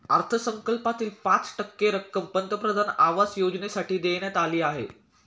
अर्थसंकल्पातील पाच टक्के रक्कम पंतप्रधान आवास योजनेसाठी देण्यात आली आहे